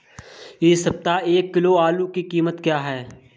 इस सप्ताह एक किलो आलू की कीमत क्या है?